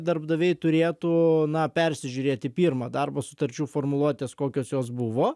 darbdaviai turėtų na persižiurėti pirma darbo sutarčių formuluotes kokios jos buvo